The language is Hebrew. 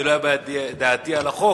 אני לא אביע את דעתי על החוק.